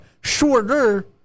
shorter